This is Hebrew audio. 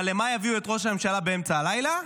אבל למה יביאו את ראש הממשלה באמצע הלילה?